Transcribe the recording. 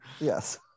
Yes